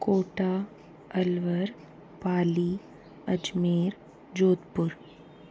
Kota Alwar Pali Ajmer Jodhpur